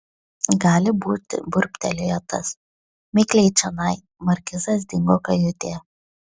gali būti burbtelėjo tas mikliai čionai markizas dingo kajutėje